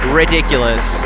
ridiculous